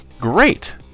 great